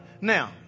Now